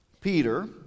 Peter